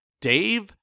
Dave